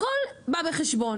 הכל בא בחשבון,